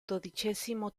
dodicesimo